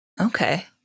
Okay